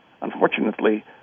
unfortunately